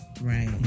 right